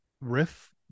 riff